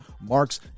Mark's